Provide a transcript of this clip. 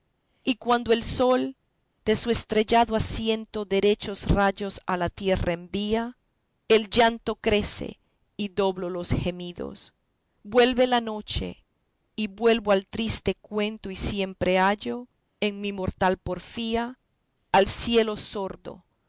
y cuando el sol de su estrellado asiento derechos rayos a la tierra envía el llanto crece y doblo los gemidos vuelve la noche y vuelvo al triste cuento y siempre hallo en mi mortal porfía al cielo sordo